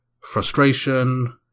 frustration